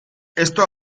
esto